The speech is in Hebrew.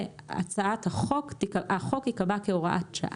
והחוק קבע כהוראת שעה.